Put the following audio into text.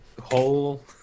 whole